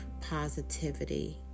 positivity